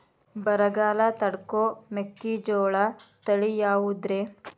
ಬರಗಾಲ ತಡಕೋ ಮೆಕ್ಕಿಜೋಳ ತಳಿಯಾವುದ್ರೇ?